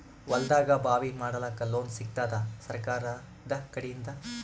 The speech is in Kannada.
ಹೊಲದಾಗಬಾವಿ ಮಾಡಲಾಕ ಲೋನ್ ಸಿಗತ್ತಾದ ಸರ್ಕಾರಕಡಿಂದ?